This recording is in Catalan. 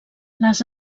les